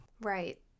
Right